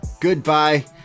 Goodbye